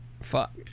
fuck